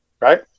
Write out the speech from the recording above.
right